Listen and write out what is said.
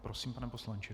Prosím, pane poslanče.